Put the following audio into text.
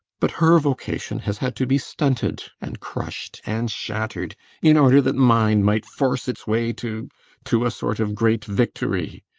but her vocation has had to be stunted, and crushed, and shattered in order that mine might force its way to to a sort of great victory.